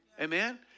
Amen